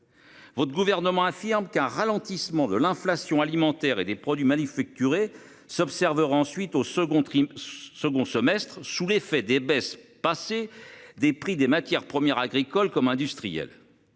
Votre gouvernement, affirme qu'un ralentissement de l'inflation alimentaire et des produits manufacturés s'observera ensuite au second trimestre. Second semestre sous l'effet des baisses passées des prix des matières premières agricoles comme industriels.